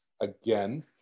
again